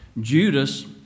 Judas